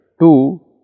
two